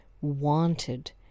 wanted